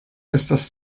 estas